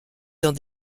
dans